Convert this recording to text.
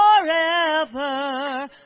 forever